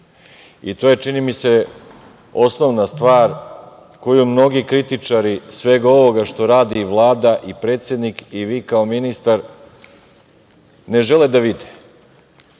To je, čini mi se osnovna stvar koju mnogi kritičari, svega ovoga što radi Vlada, predsednik i vi kao ministar ne žele da vide.